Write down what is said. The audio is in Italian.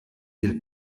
del